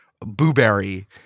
blueberry